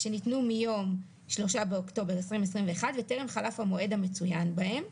שניתנו מיום 3.10.2021 וטרם חלף המועד המצויין בהם,